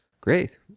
great